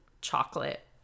Chocolate